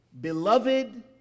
Beloved